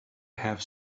have